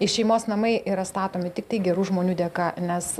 ir šeimos namai yra statomi tiktai gerų žmonių dėka nes